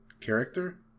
character